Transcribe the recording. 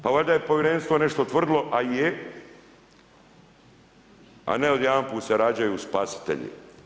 Pa valjda je Povjerenstvo nešto utvrdilo, a je, a ne odjedanput se rađaju spasitelji.